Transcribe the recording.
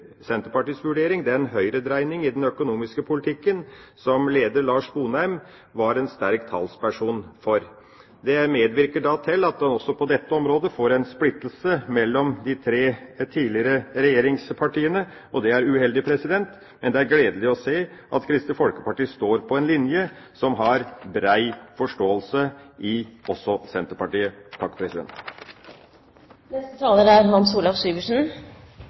Senterpartiets vurdering – den høyredreining i den økonomiske politikken som leder Lars Sponheim var en sterk talsperson for. Det medvirker da til at en også på dette området får en splittelse mellom de tre tidligere regjeringspartiene, og det er uheldig, men det er gledelig å se at Kristelig Folkeparti står på en linje som har brei forståelse, også i Senterpartiet.